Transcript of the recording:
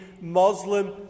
Muslim